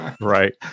Right